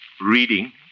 reading